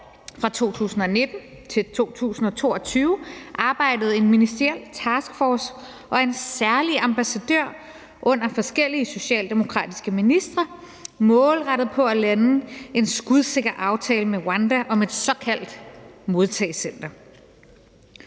Fra 2019 til 2022 arbejdede en ministeriel taskforce og en særlig ambassadør under forskellige socialdemokratiske ministre målrettet på at lande en skudsikker aftale med Rwanda om et såkaldt modtagecenter.